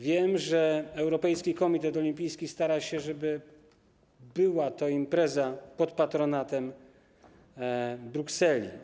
Wiem, że europejski komitet olimpijski stara się, żeby była to impreza pod patronatem Brukseli.